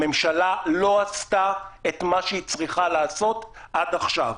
הממשלה לא עשתה את מה שהיא צריכה לעשות עד עכשיו,